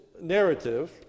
narrative